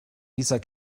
dieser